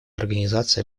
организации